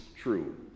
true